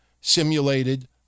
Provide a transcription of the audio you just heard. simulated